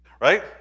right